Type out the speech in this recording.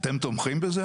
אתם תומכים בזה,